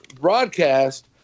broadcast